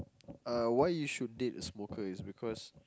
uh why you should date a smoker is because